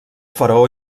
faraó